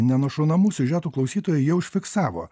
nenušaunamų siužetų klausytojai jau užfiksavo